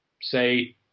say